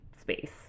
space